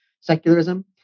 secularism